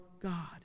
God